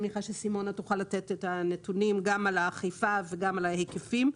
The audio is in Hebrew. אני מניחה שסימונה תוכל לתת את הנתונים גם על האכיפה וגם על ההיקפים.